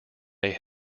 may